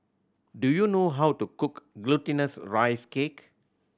do you know how to cook Glutinous Rice Cake